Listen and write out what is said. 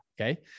okay